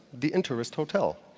the intourist hotel.